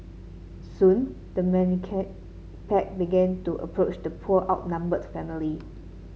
soon the menacing pack began to approach the poor outnumbered family